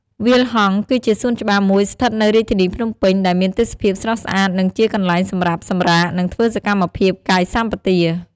វាលហង្ស គឺជាសួនច្បារមួយស្ថិតនៅរាជធានីភ្នំពេញ ដែលមានទេសភាពស្រស់ស្អាត និងជាកន្លែងសម្រាប់សម្រាក និងធ្វើសកម្មភាពកាយសម្បទា។